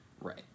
Right